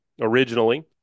originally